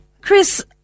Chris